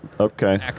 Okay